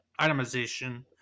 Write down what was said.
itemization